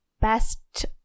best